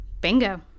Bingo